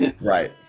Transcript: right